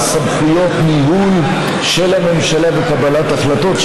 סמכויות ניהול של הממשלה וקבלת החלטות,